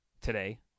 today